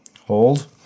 Hold